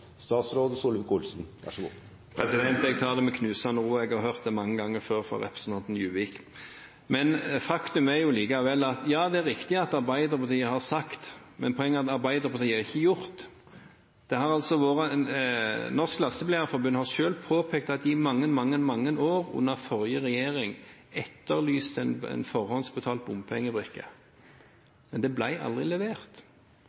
statsråd for bløff fra Stortingets talerstol ikke egner seg. Den slags uttrykk kan han bruke utenfor denne salen. Jeg tar det med knusende ro, jeg har hørt det mange ganger før fra representanten Juvik. Faktum er likevel at ja, det er riktig at Arbeiderpartiet har sagt, men poenget er at Arbeiderpartiet ikke har gjort. Norges Lastebileier-Forbund har selv påpekt at de i mange, mange år under forrige regjering etterlyste en forhåndsbetalt